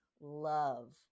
love